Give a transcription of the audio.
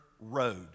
road